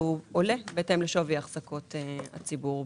אבל הוא עולה בהתאם לשווי החזקות הציבור בקרן.